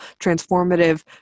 transformative